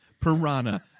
Piranha